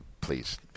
please